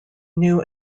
new